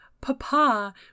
Papa